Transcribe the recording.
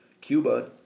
Cuba